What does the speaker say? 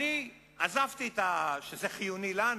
עזבתי את העניין שזה חיוני לנו,